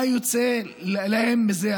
מה יוצא להם מזה?